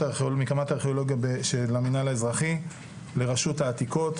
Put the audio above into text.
הארכיאולוגיה של המינהל האזרחי לרשות העתיקות.